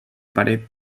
paret